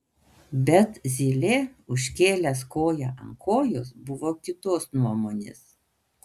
bet zylė užkėlęs koją ant kojos buvo kitos nuomones